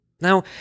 Now